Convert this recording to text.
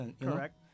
Correct